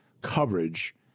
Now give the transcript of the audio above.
coverage